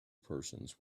persons